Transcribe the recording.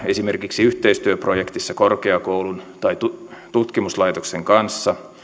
esimerkiksi yhteistyöprojektissa korkeakoulun tai tutkimuslaitoksen kanssa